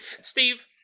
Steve